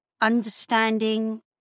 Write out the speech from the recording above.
understanding